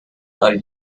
are